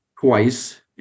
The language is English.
twice